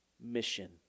mission